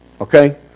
Okay